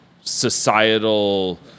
societal